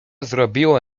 zrobiło